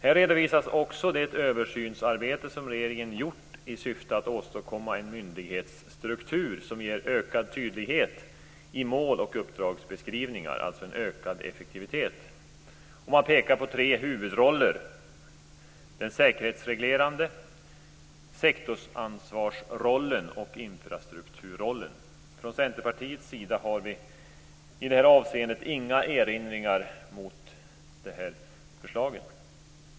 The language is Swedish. Här redovisas också det översynsarbete som regeringen har gjort i syfte att åstadkomma en myndighetsstruktur som ger ökad tydlighet i mål och uppdragsbeskrivningar, alltså en ökad effektivitet. Man pekar på tre huvudroller: Den säkerhetsreglerande rollen, sektorsansvarsrollen och infrastrukturrollen. Från Centerpartiets sida har vi i det här avseendet inga erinringar mot förslaget.